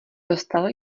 dostal